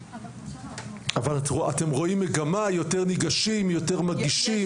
אבל אתם רואים מגמה יותר ניגשים יותר מגישים?